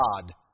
God